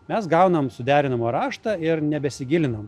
mes gaunam suderinimo raštą ir nebesigilinome